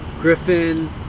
Griffin